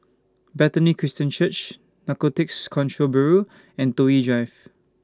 Bethany Christian Church Narcotics Control Bureau and Toh Yi Drive